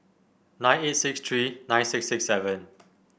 nine eight six three nine six six seven